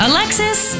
Alexis